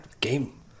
game